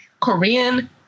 Korean